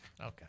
Okay